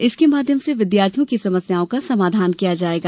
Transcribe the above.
इसके माध्यम से विद्यार्थियों की समस्याओं का समाधान किया जायेगा